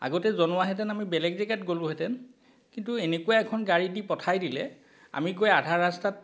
আগতে জনোৱাহেঁতেন আমি বেলেগ জেগাত গ'লোহেঁতেন কিন্তু এনেকুৱা এখন গাড়ী দি পঠাই দিলে আমি গৈ আধা ৰাস্তাত